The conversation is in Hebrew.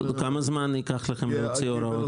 כמה זמן ייקח לכם להוציא הוראות?